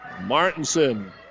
Martinson